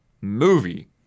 movie